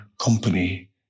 company